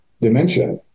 dementia